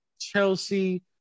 Chelsea